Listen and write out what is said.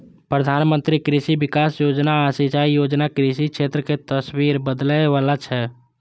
प्रधानमंत्री कृषि विकास योजना आ सिंचाई योजना कृषि क्षेत्र के तस्वीर बदलै बला छै